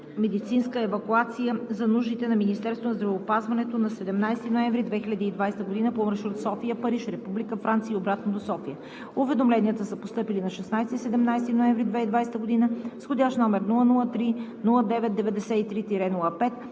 авиомедицинска евакуация за нуждите на Министерството на здравеопазването на 17 ноември 2020 г. по маршрут София – Париж, Република Франция, и обратно до София. Уведомленията са постъпили на 16 и 17 ноември 2020 г. с вх. № 003-09-93